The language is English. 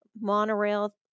monorail